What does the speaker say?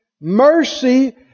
Mercy